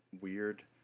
weird